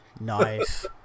Nice